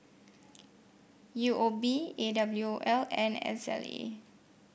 U O B A W O L and S L A